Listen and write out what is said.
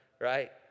Right